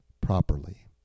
properly